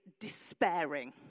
despairing